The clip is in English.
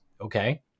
Okay